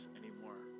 anymore